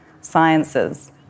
sciences